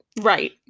Right